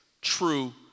true